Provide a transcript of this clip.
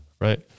right